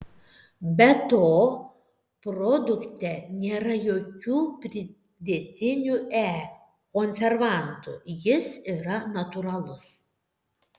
be to produkte nėra jokių pridėtinių e konservantų jis yra natūralus